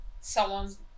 someone's